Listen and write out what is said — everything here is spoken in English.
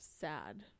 sad